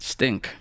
Stink